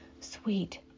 sweet